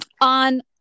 on